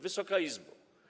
Wysoka Izbo!